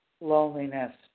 Loneliness